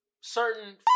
certain